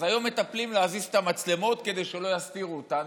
אבל היום מטפלים להזיז את המצלמות כדי שלא יסתירו אותנו,